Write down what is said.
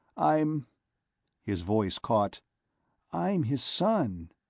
i'm his voice caught i'm his son.